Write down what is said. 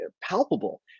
palpable